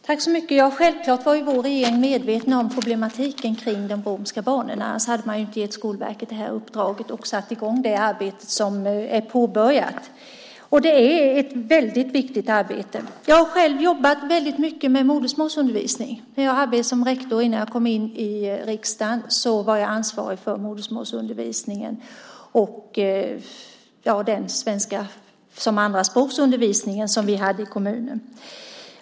Herr talman! Självklart var vår regering medveten om problematiken i fråga om de romska barnen, annars hade man inte gett Skolverket detta uppdrag och satt i gång det arbete som har påbörjats. Och det är ett väldigt viktigt arbete. Jag har själv jobbat väldigt mycket med modersmålsundervisning när jag arbetade som rektor. Innan jag kom in i riksdagen var jag ansvarig för modersmålsundervisningen och undervisningen i svenska som andra språk som vi hade i kommunen.